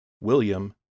William